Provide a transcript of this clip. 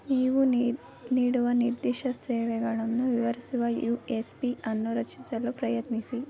ನೀವು ನೀಡುವ ನಿರ್ದಿಷ್ಟ ಸೇವೆಗಳನ್ನು ವಿವರಿಸುವ ಯು ಎಸ್ ಪಿ ಅನ್ನು ರಚಿಸಲು ಪ್ರಯತ್ನಿಸಿ